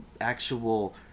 actual